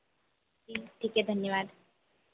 जी ठीक है धन्यवाद